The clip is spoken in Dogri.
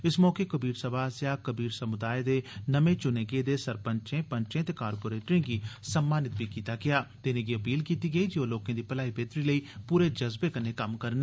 इस मौके कबीर सभा आसेया कबीर समुदाय दे नमें ताले गेदे सरपंचे पंचे ते कारपोरेटरें गी सम्मानित कीता ते इनेंगी अपील कीती जे ओह लोकें गी मलाई बेह्तरी लेई पूरे जज़बे कन्नै कम्म करन